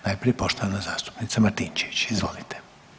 Najprije poštovana zastupnica Martinčević, izvolite.